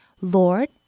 Lord